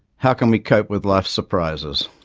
how can we cope with life's surprises?